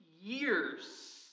years